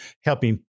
helping